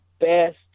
best